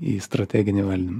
į strateginį valdymą